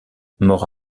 mort